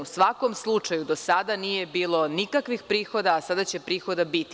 U svakom slučaju do sada nije bilo nikakvih prihoda, a sada će prihoda biti.